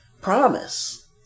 promise